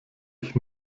ich